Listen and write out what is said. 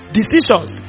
decisions